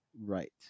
right